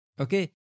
Okay